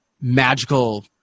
magical